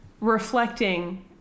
Reflecting